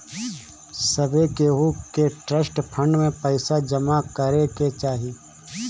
सभे केहू के ट्रस्ट फंड में पईसा जमा करे के चाही